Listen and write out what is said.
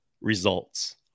results